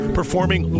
performing